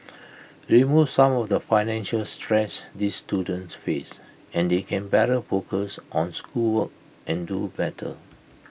remove some of the financial stress these students face and they can better focus on schoolwork and do better